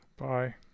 Bye